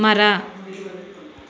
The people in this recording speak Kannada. ಮರ